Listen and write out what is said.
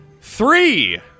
three